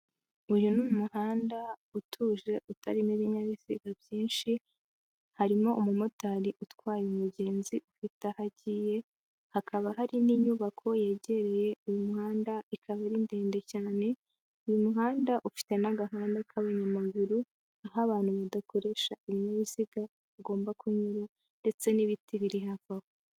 Uyu ni umuhanda utuje utarimo ibinyabiziga byinshi, harimo umumotari utwaye umugenzi ufite aho agiye, hakaba hari n'inyubako yegereye uyu umuhanda ikaba ari ndende cyane, uyu muhanda ufite n'agahanda k'abanyamaguru, aho abantu badakoresha ibinyabiziga bagomba kunyura ndetse n'ibiti biri hafi aho.